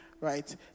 right